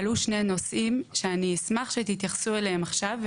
עלו שני נושאים שאני אשמח אם תתייחסו אליהם עכשיו,